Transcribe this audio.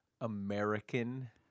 American